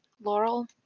Laurel